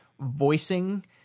voicing